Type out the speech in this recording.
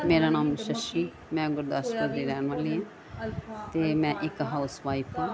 ਮੇਰਾ ਨਾਮ ਸ਼ਸ਼ੀ ਮੈਂ ਗੁਰਦਾਸਪੁਰ ਦੀ ਰਹਿਣ ਵਾਲੀ ਅਤੇ ਮੈਂ ਇੱਕ ਹਾਊਸਵਾਈਫ ਹਾਂ